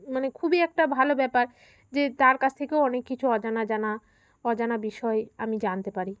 মানে খুবই একটা ভালো ব্যাপার যে তার কাছ থেকেও অনেক কিছু অজানা জানা অজানা বিষয় আমি জানতে পারি